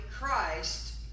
Christ